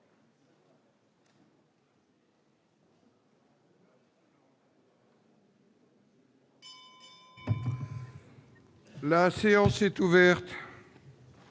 La séance est ouverte.